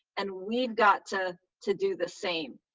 and we've got to to do the same.